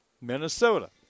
Minnesota